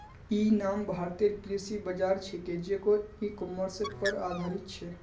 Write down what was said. इ नाम भारतेर कृषि बाज़ार छिके जेको इ कॉमर्सेर पर आधारित छ